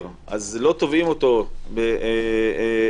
המפלצת המשפטית הזו שמנסים להעביר אותה היא מפלצת